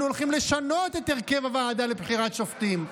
אנחנו הולכים לשנות את הרכב הוועדה לבחירת שופטים,